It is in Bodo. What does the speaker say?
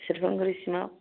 सेरफांगुरिसिमाव